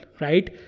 right